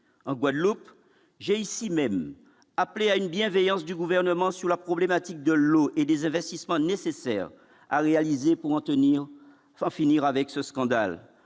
un Guadeloupe j'ai ici même, appelé à une bienveillance du gouvernement sur la problématique de l'eau et des investissements nécessaires à réaliser pour en tenir en finir avec ce scandale